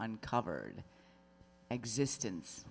uncovered existence